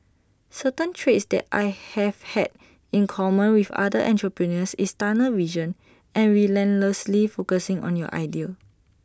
certain traits that I have had in common with other entrepreneurs is tunnel vision and relentlessly focusing on your idea